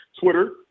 Twitter